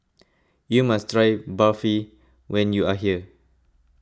you must try Barfi when you are here